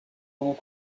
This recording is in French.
moment